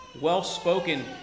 Well-spoken